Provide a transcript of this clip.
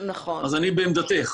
אז אני בעמדתך.